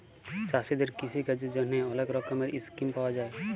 চাষীদের কিষিকাজের জ্যনহে অলেক রকমের ইসকিম পাউয়া যায়